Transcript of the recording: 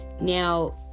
Now